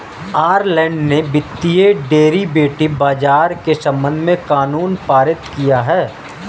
Ireland ने वित्तीय derivative बाजार के संबंध में कानून पारित किया है